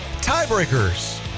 Tiebreakers